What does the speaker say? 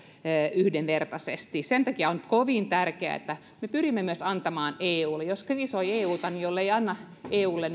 yhdenvertaisesti sen takia on kovin tärkeää että me pyrimme myös antamaan eulle jos kritisoi euta niin jollei anna eulle